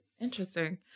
Interesting